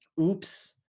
Oops